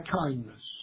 kindness